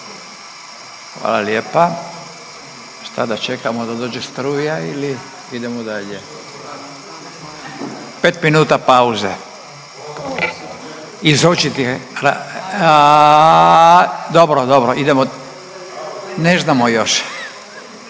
Hvala lijepa. Šta da čekamo da dođe struja ili idemo dalje? Pet minuta pauze iz očitih, dobro, dobro idemo ne znamo još,